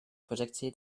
projected